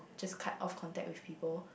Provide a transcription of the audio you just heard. just cut off contact with people